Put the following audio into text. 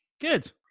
Good